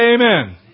amen